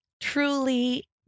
truly